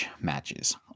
matches